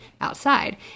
outside